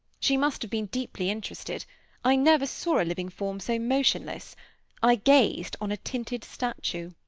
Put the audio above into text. she must have been deeply interested i never saw a living form so motionless i gazed on a tinted statue.